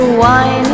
wine